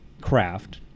craft